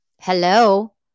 Hello